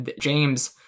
James